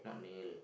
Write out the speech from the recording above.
not nail